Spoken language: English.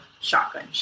shotgun